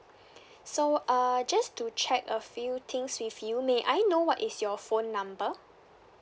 so uh just to check a few things with you may I know what is your phone number